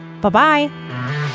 Bye-bye